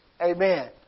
Amen